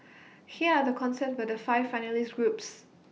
here are the concepts by the five finalist groups